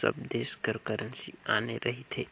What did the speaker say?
सब देस कर करेंसी आने रहिथे